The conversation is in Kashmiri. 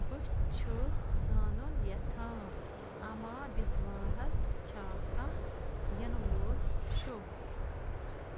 بہٕ چھُ زانُن یژھان اَما بِسواہَس چھےٚ كانہہ یِنہٕ وول شو